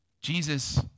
Jesus